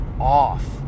off